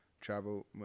Travel